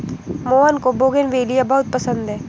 मोहन को बोगनवेलिया बहुत पसंद है